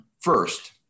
first